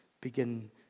begin